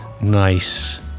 nice